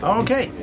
okay